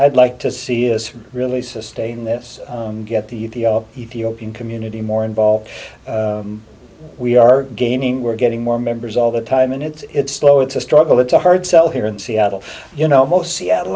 i'd like to see this really sustain this get the ethiopian community more involved we are gaining we're getting more members all the time and it's slow it's a struggle it's a hard sell here in seattle you know most seattle